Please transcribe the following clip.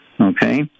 Okay